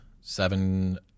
seven